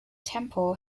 temple